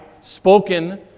spoken